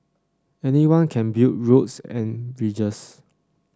anyone can build roads and bridges